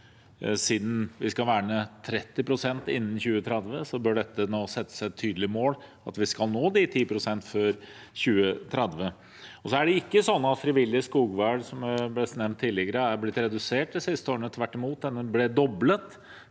Siden vi skal verne 30 pst. natur innen 2030, bør det nå settes et tydelig mål om at vi skal nå de 10 pst. før 2030. Det er ikke slik at frivillig skogvern, slik det ble nevnt tidligere, er blitt redusert de siste årene. Tvert imot – det ble doblet